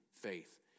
faith